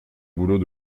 boulot